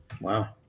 Wow